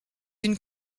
une